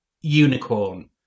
unicorn